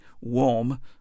warm